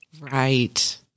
Right